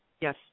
Yes